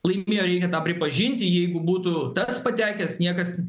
laimėjo reikia tą pripažinti jeigu būtų tas patekęs niekas